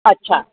अच्छा